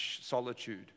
solitude